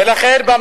ולכן,